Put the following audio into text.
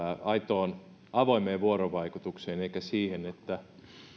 aitoon avoimeen vuorovaikutukseen eikä siihen että